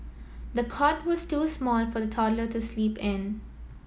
the cot was too small for the toddler to sleep in